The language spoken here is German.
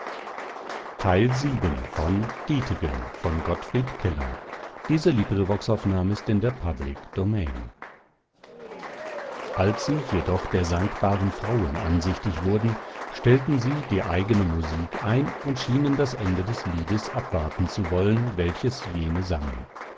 gottfried keller als sie jedoch der sangbaren frauen ansichtig wurden stellten sie die eigene musik ein und schienen das ende des liedes abwarten zu wollen welches jene sangen